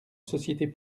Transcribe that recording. sociétés